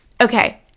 Okay